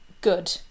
good